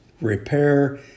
repair